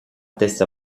testa